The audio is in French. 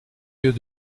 yeux